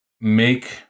make